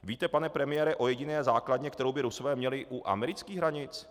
Víte, pane premiére, o jediné základně, kterou by Rusové měli u amerických hranic?